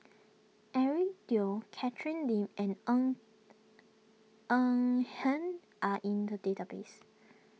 Eric Teo Catherine Lim and Ng Eng Eng Hen are in the database